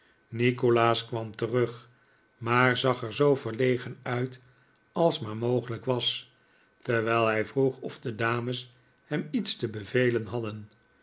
nikolaas kwam terug maar zag er zoo verlegen uit als maar mogelijk was terwijl hij vroeg of de dames hem iets te bevelen hadden